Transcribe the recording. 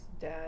Dad